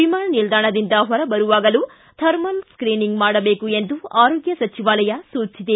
ವಿಮಾನ ನಿಲ್ಲಾಣದಿಂದ ಹೊರ ಬರುವಾಗಲೂ ಥರ್ಮಲ್ ಸ್ಕೀನಿಂಗ್ ಮಾಡಬೇಕು ಎಂದು ಆರೋಗ್ಗ ಸಚಿವಾಲಯ ಸೂಚಿಸಿದೆ